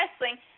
wrestling